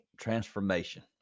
transformation